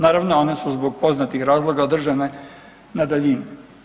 Naravno one su zbog poznatih razloga održane na daljinu.